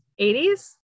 80s